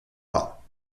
pas